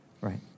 Right